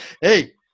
hey